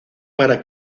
para